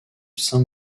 saint